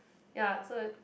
ya so it